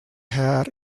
hat